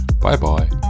Bye-bye